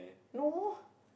no